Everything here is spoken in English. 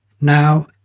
Now